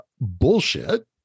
bullshit